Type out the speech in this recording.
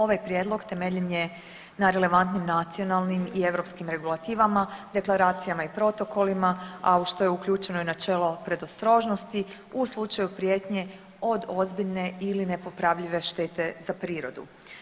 Ovaj prijedlog temeljen je na relevantnim, nacionalnim i europskim regulativama, deklaracijama i protokolima, a u što je uključeno i načelo predostrožnosti u slučaju prijetnje od ozbiljne ili nepopravljive štete za prirodu.